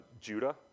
Judah